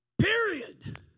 Period